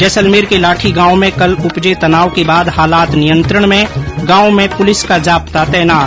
जैसलमेर के लाठी गांव में कल उपजे तनाव के बाद हालात नियंत्रण में गांव में पुलिस का जाब्ता तैनात